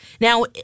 Now